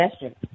gesture